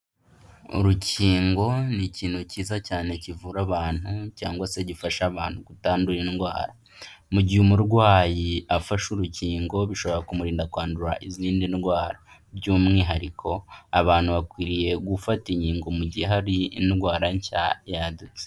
Urukingo n'ikintu cyiza cyane kivura abantu cyangwa se gifasha abantu gutandura indwara. Mu gihe umurwayi afashe urukingo bishobora kumurinda kwandura izindi ndwara. By'umwihariko abantu bakwiriye gufata inkingo mu gihe hari indwara nshya yadutse.